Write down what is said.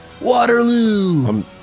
Waterloo